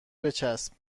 بچسب